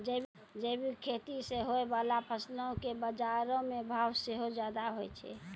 जैविक खेती से होय बाला फसलो के बजारो मे भाव सेहो ज्यादा होय छै